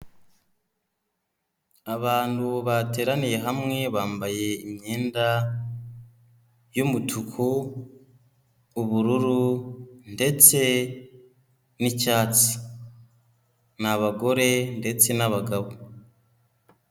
Abantu bateraniye hamwe, bambaye imyenda y'umutuku, ubururu ndetse n'icyatsi, ni abagore ndetse n'abagabo.